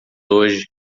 hoje